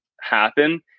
happen